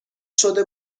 شده